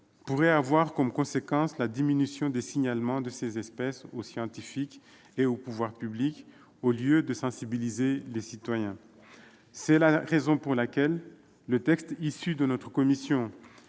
pourrait avoir comme conséquence la diminution des signalements de ces espèces aux scientifiques et aux pouvoirs publics. C'est la raison pour laquelle le texte issu de notre commission,